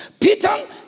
Peter